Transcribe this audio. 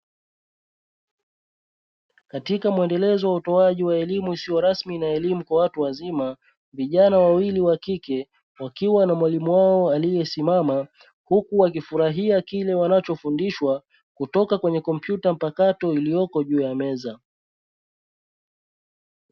Katika mwendelezo wa utoaji wa elimu isiyo rasmi na elimu kwa watu wazima vijana wawili wa kike wakiwa na mwalimu wao aliyesimama huku wakifurahia kile wanachofundishwa kutoka kwenye kompyuta mpakato iliyopo juu ya meza.